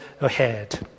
ahead